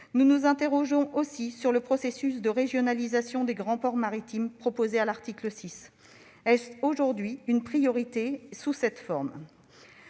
Nous nous interrogeons aussi sur le processus de régionalisation des grands ports maritimes, proposé à l'article 6 : est-ce une priorité aujourd'hui et sous cette forme ?